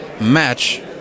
match